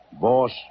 boss